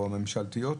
או הממשלתיות,